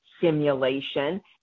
simulation